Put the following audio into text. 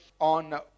on